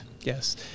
Yes